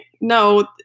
no